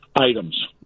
items